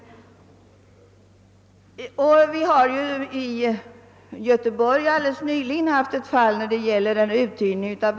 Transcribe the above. Det har i Göteborg helt nyligen förekommit fall som visar detta.